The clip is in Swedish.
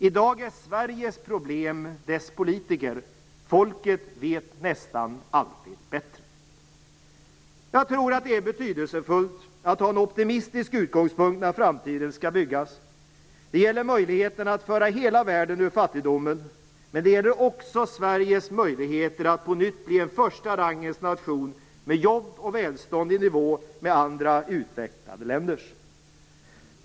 I dag är Sveriges problem dess politiker. Folket vet nästan alltid bättre. Jag tror att det är betydelsefullt att ha en optimistisk utgångspunkt när framtiden skall byggas. Det gäller möjligheterna att föra hela världen ur fattigdomen, men det gäller också Sveriges möjligheter att på nytt bli en första rangens nation med jobb och välstånd i nivå med andra utvecklade länders.